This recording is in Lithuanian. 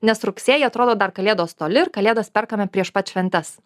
nes rugsėjį atrodo dar kalėdos toli ir kalėdos perkame prieš pat šventes